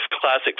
classic